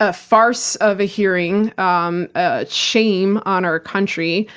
a farce of a hearing, um ah shame on our country.